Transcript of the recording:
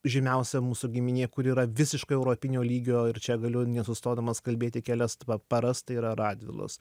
žymiausia mūsų giminė kuri yra visiškai europinio lygio ir čia galiu nesustodamas kalbėti kelias paras tai yra radvilos